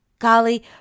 Golly